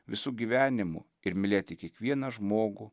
visu gyvenimu ir mylėti kiekvieną žmogų